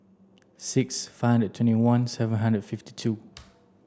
six five and twenty one seven hundred fifty two